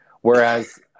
Whereas